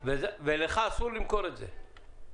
ולך, אסור למכור את זה.